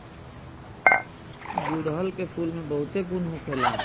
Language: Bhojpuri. गुड़हल के फूल में बहुते गुण होखेला